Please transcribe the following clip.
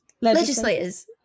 Legislators